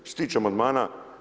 Što se tiče amandmana?